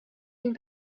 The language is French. une